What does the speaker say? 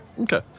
okay